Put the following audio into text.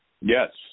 Yes